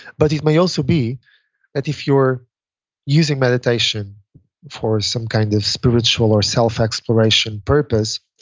but it may also be that if you're using meditation for some kind of spiritual or self-exploration purpose,